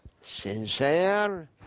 Sincere